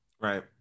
Right